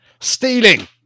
Stealing